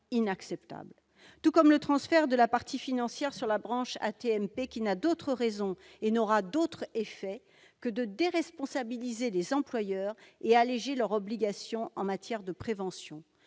tout comme le transfert du financement à la branche AT-MP, qui n'a d'autre motif et n'aura d'autre effet que de déresponsabiliser les employeurs et d'alléger leurs obligations en matière de prévention,